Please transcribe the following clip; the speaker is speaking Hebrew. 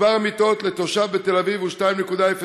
מספר המיטות לתושב בתל אביב הוא 2.04,